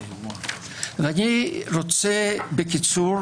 אני רוצה בקיצור,